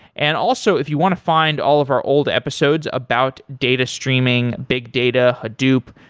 and also, if you want to find all of her old episodes about data streaming, big data, hadoop,